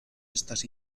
estas